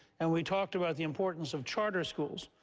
and we talked about the importance of charter schools,